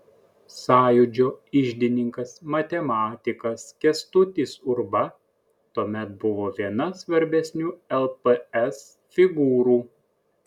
sąjūdžio iždininkas matematikas kęstutis urba tuomet buvo viena svarbesnių lps figūrų